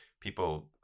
people